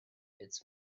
its